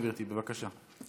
גברתי, בבקשה.